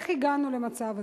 איך הגענו למצב הזה?